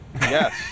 Yes